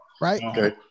right